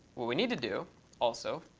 what we need to do also,